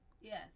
Yes